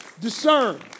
Discern